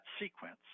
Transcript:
sequence